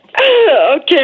Okay